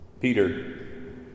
Peter